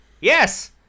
yes